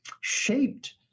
shaped